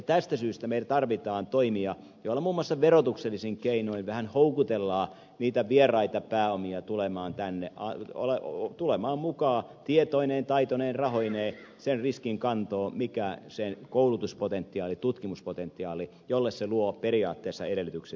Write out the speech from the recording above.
tästä syystä me tarvitsemme toimia joilla muun muassa verotuksellisin keinoin vähän houkutellaan niitä vieraita pääomia tulemaan tänne tulemaan mukaan tietoineen taitoineen rahoineen sen riskin kantoon mikä on sen koulutuspotentiaali tutkimuspotentiaali jolle se luo periaatteessa edellytykset täällä